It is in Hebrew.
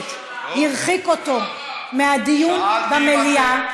הכנסת הרחיק אותו מהדיון במליאה,